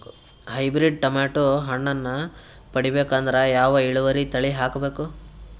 Hybrid tomato ಹಣ್ಣನ್ನ ಪಡಿಬೇಕಂದರ ಯಾವ ಇಳುವರಿ ತಳಿ ಹಾಕಬೇಕು?